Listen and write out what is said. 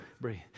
breathe